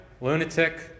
lunatic